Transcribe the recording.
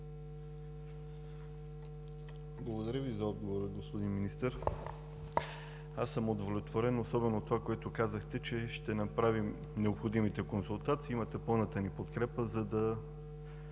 Благодаря Ви за отговора, господин Министър. Аз съм удовлетворен, особено от това, което казахте, че ще направим необходимите консултации. Имате пълната ни подкрепа, за да